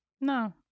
No